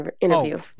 interview